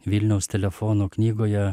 vilniaus telefonų knygoje